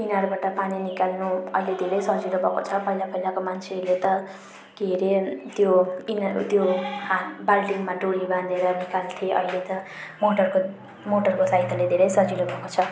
इनारबाट पानी निकाल्नु अहिले धेरै सजिलो भएको छ पहिला पहिलाको मान्छेहरूले त के अरे त्यो इनार त्यो हात बाल्टिनमा डोरी बाँधेर निकाल्थे अहिले त मोटरको मोटरको सहायताले धेरै सजिलो भएको छ